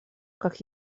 как